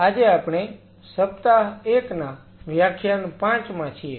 આજે આપણે સપ્તાહ 1 ના વ્યાખ્યાન 5 માં છીએ